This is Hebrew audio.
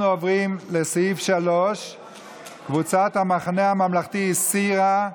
אנחנו עוברים לסעיף 3. קבוצת המחנה הממלכתי הסירה.